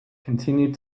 continued